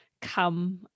come